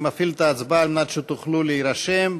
אני מפעיל את ההצבעה על מנת שתוכלו להירשם.